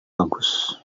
bagus